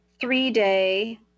three-day